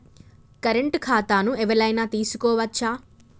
Current ఖాతాను ఎవలైనా తీసుకోవచ్చా?